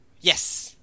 Yes